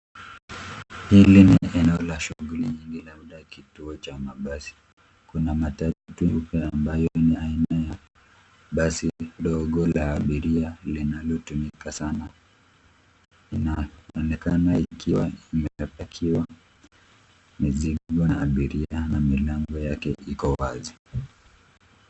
Hili ni eneo la shughuli nyingi labda kituo cha mabasi. Kuna matatu ambayo ni aina ya basi dogo la abiria linalotumika sana. Inaonekana ikiwa imebeba kioo, mizigo, abiria na milango yake iko wazi.